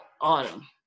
autumn